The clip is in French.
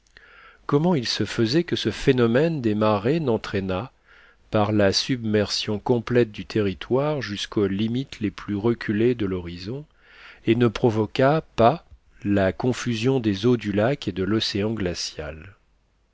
comment il se faisait que ce phénomène des marées n'entraînât pas la submersion complète du territoire jusqu'aux limites les plus reculées de l'horizon et ne provoquât pas la confusion des eaux du lac et de l'océan glacial